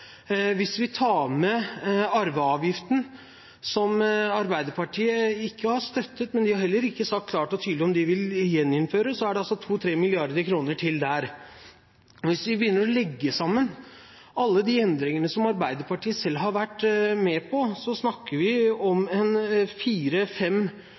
Hvis vi tar med arveavgiften – som Arbeiderpartiet ikke har støttet, men heller ikke sagt klart og tydelig om de vil gjeninnføre – så er det 2–3 mrd. kr til der. Hvis vi begynner å legge sammen alle de endringene som Arbeiderpartiet selv har vært med på, snakker vi